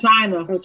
China